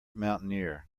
mountaineer